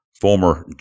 former